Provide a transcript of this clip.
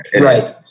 Right